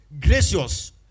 Gracious